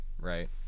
right